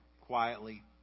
quietly